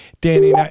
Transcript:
Danny